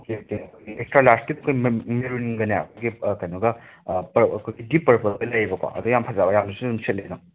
okay okay ꯀꯔꯂꯥꯁꯀꯤ cream ꯃꯦꯔꯨꯟꯒꯅꯦ ꯀꯩꯅꯣꯒ ꯑꯩꯈꯣꯏꯒꯤ ꯗꯤꯞ ꯄꯔꯄꯜꯒ ꯂꯩꯌꯦꯕꯀꯣ ꯑꯗ ꯌꯥꯝ ꯐꯖꯕ ꯌꯥꯝꯁꯨ ꯁꯤꯠꯂꯦ ꯑꯗꯨꯝ